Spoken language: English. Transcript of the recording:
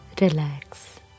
relax